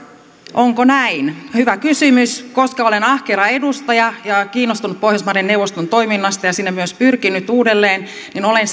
onko näin hyvä kysymys koska olen ahkera edustaja ja kiinnostunut pohjoismaiden neuvoston toiminnasta ja sinne myös pyrkinyt uudelleen niin olen